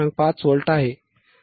5v आहे